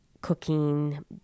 cooking